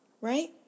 right